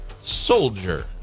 Soldier